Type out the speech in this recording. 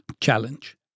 challenge